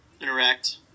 interact